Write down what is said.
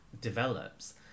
develops